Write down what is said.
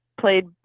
played